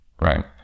right